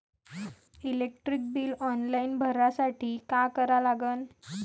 Electric bill online भरासाठी का करा लागन?